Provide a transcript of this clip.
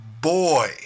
boy